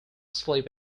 sleep